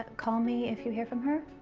call me if you hear from her?